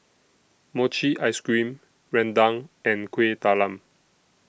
Mochi Ice Cream Rendang and Kueh Talam